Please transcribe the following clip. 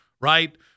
right